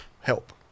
help